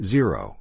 Zero